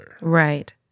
Right